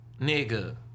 Nigga